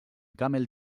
camel